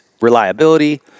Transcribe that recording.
reliability